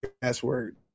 password